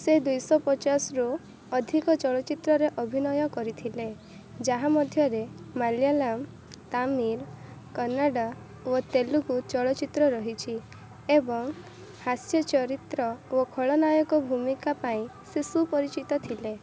ସେ ଦୁଇଶହ ପଚାଶରୁ ଅଧିକ ଚଳଚ୍ଚିତ୍ରରେ ଅଭିନୟ କରିଥିଲେ ଯାହା ମଧ୍ୟରେ ମାଲୟାଲମ ତାମିଲ କନ୍ନଡ଼ ଓ ତେଲୁଗୁ ଚଳଚ୍ଚିତ୍ର ରହିଛି ଏବଂ ହାସ୍ୟ ଚରିତ୍ର ଓ ଖଳନାୟକ ଭୂମିକା ପାଇଁ ସେ ସୁପରିଚିତ ଥିଲେ